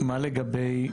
מה לגבי,